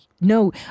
No